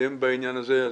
להתקדם בעניין הזה.